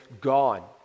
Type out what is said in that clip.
gone